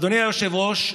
אדוני היושב-ראש,